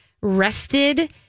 rested